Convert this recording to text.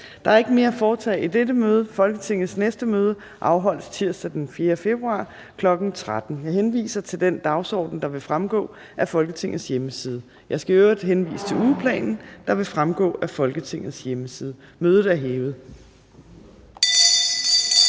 Der er ikke mere at foretage i dette møde. Folketingets næste møde afholdes tirsdag den 4. februar 2020, kl. 13.00. Jeg henviser til den dagsorden, der vil fremgå af Folketingets hjemmeside. Jeg skal i øvrigt henvise til ugeplanen, der vil fremgå af Folketingets hjemmeside. Mødet er hævet.